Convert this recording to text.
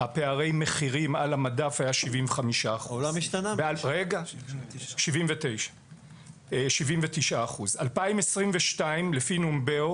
פערי המחירים על המדף היו 79%. ב-2022 לפי נמבאו,